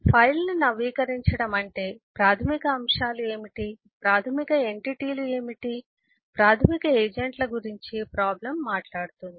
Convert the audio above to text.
ఫైల్ను నవీకరించడం అంటే ప్రాథమిక అంశాలు ఏమిటి ప్రాథమిక ఎంటిటీలు ఏమిటి ప్రాథమిక ఏజెంట్ల గురించి ప్రాబ్లం మాట్లాడుతుంది